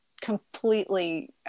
completely